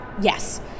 yes